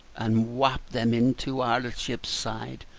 and wap them into our ship's side,